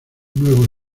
nuevo